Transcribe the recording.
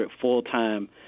full-time